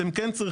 אתם כן צריכים,